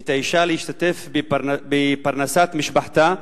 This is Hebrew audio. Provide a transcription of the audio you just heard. את האשה להשתתף בפרנסת משפחתה,